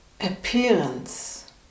appearance